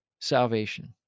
salvation